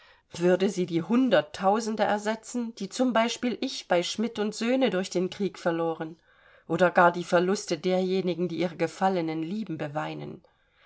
würde sie die hunderttausende ersetzen die zum beispiel ich bei schmitt söhne durch den krieg verloren oder gar die verluste derjenigen die ihre gefallenen lieben beweinen